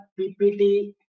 PPT